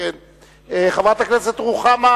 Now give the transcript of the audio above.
חברת הכנסת רוחמה